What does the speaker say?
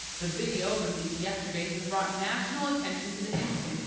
the video, released yesterday, has brought national attention to the incident,